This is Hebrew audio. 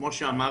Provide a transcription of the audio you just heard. כמו שאמרת,